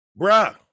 bruh